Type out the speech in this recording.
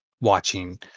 watching